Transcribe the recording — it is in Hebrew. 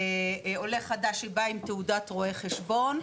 עולה חדש שבא עם תעודת רואה חשבון,